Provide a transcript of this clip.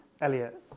Elliot